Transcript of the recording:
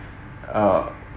uh